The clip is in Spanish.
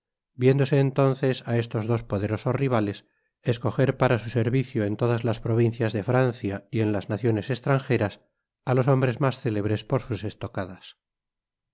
viéndose entonces á estos dos poderosos rivales escoger para su servicio en todas las provincias de francia y en las naciones estranjeras i los hombres mas célebres por sus estocadas